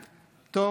טוב.